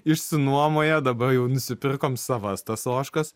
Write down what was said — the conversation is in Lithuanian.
išsinuomoję dabar jau nusipirkom savas tas ožkas